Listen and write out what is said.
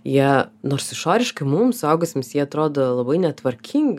ją nors išoriškai mums suaugusiems ji atrodo labai netvarkinga